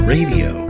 Radio